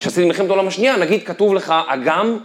כשעשיתי מלחמת העולם השנייה, נגיד כתוב לך אגם.